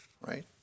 right